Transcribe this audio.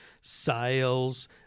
sales